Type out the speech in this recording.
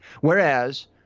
Whereas